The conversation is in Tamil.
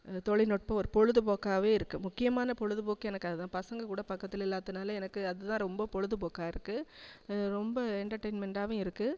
தொழில்நுட்பம் ஒரு பொழுதுப்போக்காவே இருக்குது முக்கியமான பொழுதுபோக்கு எனக்கு அதுதான் பசங்கக்கூட பக்கதில் இல்லாத்துனால எனக்கு அதுதான் ரொம்ப பொழுதுபோக்கா இருக்குது ரொம்ப என்டர்டைன்மெண்ட்டாகவும் இருக்குது